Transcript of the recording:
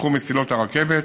לתחום מסילות הרכבת,